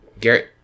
Garrett